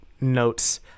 notes